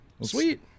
sweet